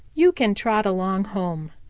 you can trot along home,